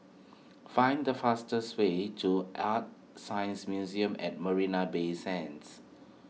find the fastest way to ArtScience Museum at Marina Bay Sands